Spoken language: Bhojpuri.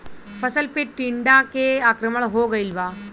फसल पे टीडा के आक्रमण हो गइल बा?